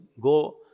go